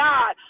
God